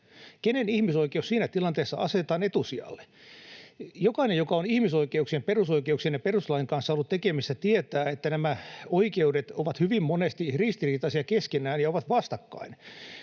Kenen ihmisoikeus siinä tilanteessa asetetaan etusijalle? Jokainen, joka on ihmisoikeuksien, perusoikeuksien ja perustuslain kanssa ollut tekemisissä, tietää, että nämä oikeudet ovat hyvin monesti ristiriitaisia keskenään ja ovat vastakkain